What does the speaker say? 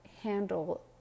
handle